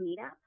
Meetup